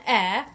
air